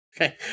Okay